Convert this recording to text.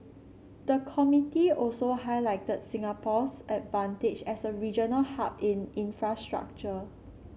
the committee also highlighted Singapore's advantage as a regional hub in infrastructure